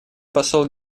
посол